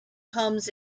comes